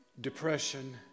depression